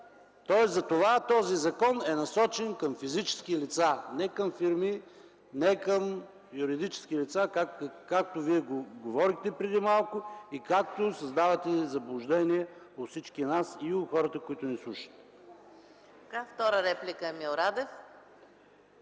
не бизнеса. Този закон е насочен към физически лица, а не към фирми, не към юридически лица, както Вие го говорихте преди малко и както създавате заблуждение у всички нас, както и у хората, които ни слушат.